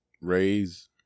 raise